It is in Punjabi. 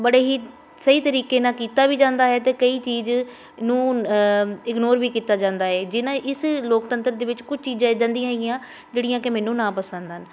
ਬੜੇ ਹੀ ਸਹੀ ਤਰੀਕੇ ਨਾਲ ਕੀਤਾ ਵੀ ਜਾਂਦਾ ਹੈ ਅਤੇ ਕਈ ਚੀਜ਼ ਨੂੰ ਇਗਨੋਰ ਵੀ ਕੀਤਾ ਜਾਂਦਾ ਏ ਜਿਹਨਾਂ ਇਸ ਲੋਕਤੰਤਰ ਦੇ ਵਿੱਚ ਕੁਝ ਚੀਜ਼ਾਂ ਇੱਦਾਂ ਦੀਆਂ ਹੈਗੀਆਂ ਜਿਹੜੀਆਂ ਕਿ ਮੈਨੂੰ ਨਾਪਸੰਦ ਹਨ